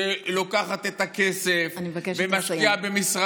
שלוקחת את הכסף, אני מבקשת לסיים.